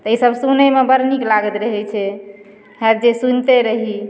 तऽ ई सभ सुनैमे बड़ नीक लागैत रहै छै हैत जे सुनिते रही